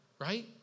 right